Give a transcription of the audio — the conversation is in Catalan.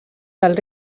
del